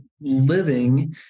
living